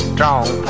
strong